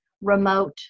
remote